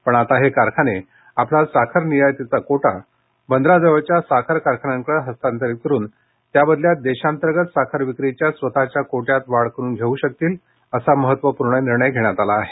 पण आता हे कारखाने आपला साखर निर्यातीचा कोटा बंदराजवळच्या साखर कारखान्यांकडे हस्तांतरित करुन त्याबदल्यात देशांतर्गत साखर विक्रीच्या स्वतःच्या कोट्यात वाढ करून घेऊ शकतील असा महत्वपूर्ण निर्णय घेतला आहे